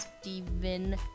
steven